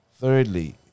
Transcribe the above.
Thirdly